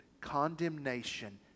condemnation